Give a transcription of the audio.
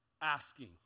asking